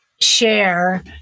share